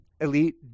elite